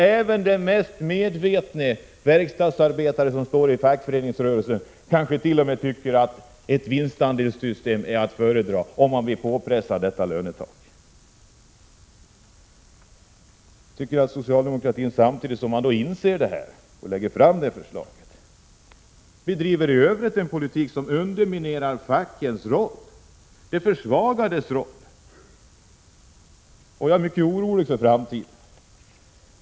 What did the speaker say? Även den mest medvetne verkstadsarbetaren i fackföreningsrörelsen kan tycka att ett vinstandelssystem är att föredra, om han blir påpressad detta lönetak. Samtidigt som socialdemokratin inser detta och lägger fram förslag bedriver man i övrigt en politik som underminerar fackens roll, de svagas roll. Jag är mycket orolig för framtiden.